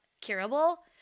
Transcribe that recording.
curable